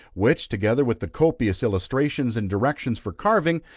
which, together with the copious illustrations and directions for carving,